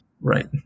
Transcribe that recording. Right